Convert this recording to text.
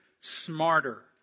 smarter